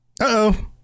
Uh-oh